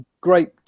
great